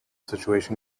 situation